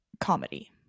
comedy